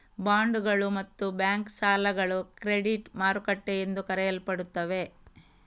ಬಾಂಡುಗಳು ಮತ್ತು ಬ್ಯಾಂಕ್ ಸಾಲಗಳು ಕ್ರೆಡಿಟ್ ಮಾರುಕಟ್ಟೆ ಎಂದು ಕರೆಯಲ್ಪಡುತ್ತವೆ